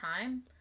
time